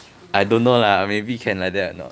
I don't know lah maybe can like that or not